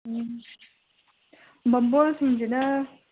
ꯎꯝ ꯕꯥꯃꯣꯟꯁꯤꯡꯁꯤꯅ